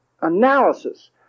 Analysis